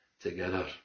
together